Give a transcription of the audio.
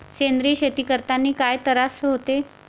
सेंद्रिय शेती करतांनी काय तरास होते?